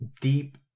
deep